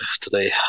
today